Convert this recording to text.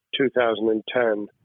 2010